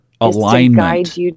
alignment